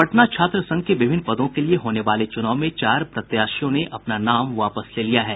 पटना छात्र संघ के विभिन्न पदों के लिए होने वाले चुनाव में चार प्रत्याशियों ने अपना नाम वापस ले लिया है